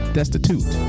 Destitute